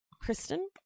Kristen